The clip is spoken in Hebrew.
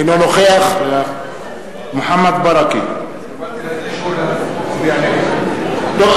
אינו נוכח קיבלתי אישור להצביע נגד.